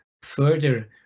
further